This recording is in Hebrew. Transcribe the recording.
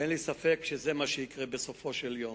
ואין לי ספק שזה מה שיקרה בסופו של יום.